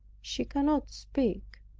she cannot speak.